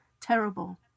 terrible